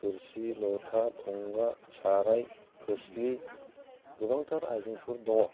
थोरसि लथा थंगा साराय खोस्लि गोबांथार आइजेंफोर दङ